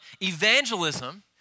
Evangelism